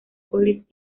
collins